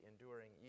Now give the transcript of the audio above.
enduring